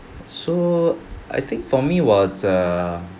so I think for me was err